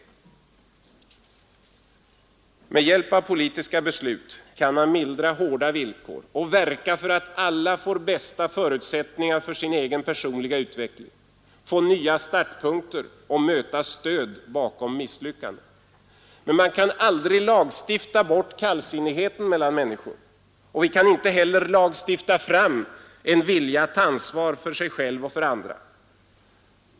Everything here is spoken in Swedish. Med hjälp av politiska beslut kan man mildra hårda villkor och verka för att var och en skall få bästa förutsättningar för sin egen personliga utveckling, få nya startpunkter och möta stöd bakom misslyckanden. Men vi kan aldrig lagstifta bort kallsinnigheten mellan människor, och vi kan inte heller lagstifta fram en vilja till ansvar för sig själv och andra.